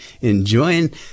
enjoying